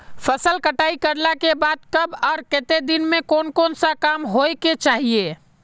फसल कटाई करला के बाद कब आर केते दिन में कोन सा काम होय के चाहिए?